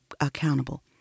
accountable